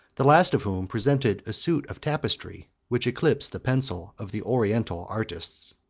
the last of whom presented a suit of tapestry which eclipsed the pencil of the oriental artists.